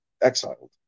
exiled